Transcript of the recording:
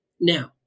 Now